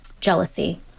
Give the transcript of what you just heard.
jealousy